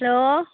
hello